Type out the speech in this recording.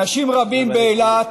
אנשים רבים באילת,